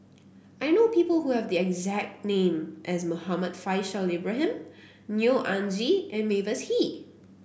I know people who have the exact name as Muhammad Faishal Ibrahim Neo Anngee and Mavis Hee